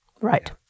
Right